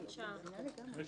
עד שעה.